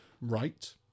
Right